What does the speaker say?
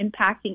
impacting